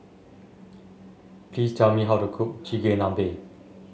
please tell me how to cook Chigenabe